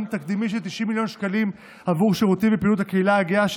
תקדימי של 90 מיליוני שקלים עבור שירותים לפעילות הקהילה הגאה,